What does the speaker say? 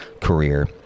career